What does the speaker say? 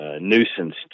nuisance